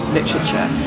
literature